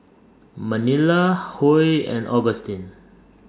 Manilla Huy and Augustin